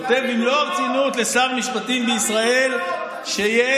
כותב במלוא הרצינות לשר משפטים בישראל שיש,